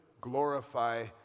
glorify